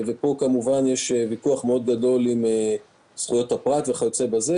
פה יש ויכוח מאוד גדול עם זכויות הפרט וכיוצא באלה.